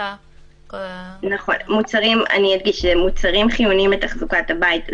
אני אדגיש שמוצרים חיוניים לתחזוקת הבית.